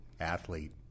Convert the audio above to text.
athlete